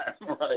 right